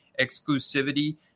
exclusivity